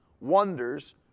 wonders